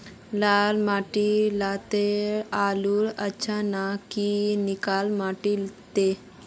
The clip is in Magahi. लाल माटी लात्तिर आलूर अच्छा ना की निकलो माटी त?